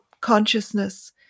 consciousness